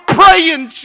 praying